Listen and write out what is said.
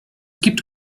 gibt